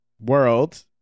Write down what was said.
world